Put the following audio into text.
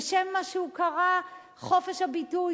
בשם מה שהוא קרא "חופש הביטוי",